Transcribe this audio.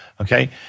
Okay